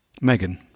Megan